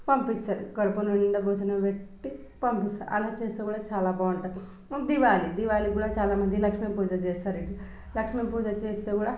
పంపిస్తారు కడుపునిండా భోజనం పెట్టి పంపిస్తారు అలా చేస్తే కూడా చాలా బోంటది దివాళీ దివాళీకి కూడా చాలామంది లక్ష్మీ పూజ చేస్తారు లక్ష్మీ పూజ చేస్తే కూడా